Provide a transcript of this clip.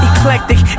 Eclectic